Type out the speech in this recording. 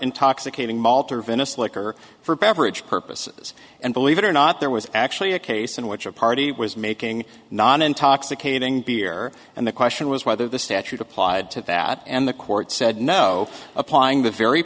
intoxicating malta venice liquor for beverage purposes and believe it or not there was actually a case in which a party was making non intoxicating beer and the question was whether the statute applied to that and the court said no applying the very